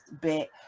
bit